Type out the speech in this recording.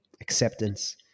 acceptance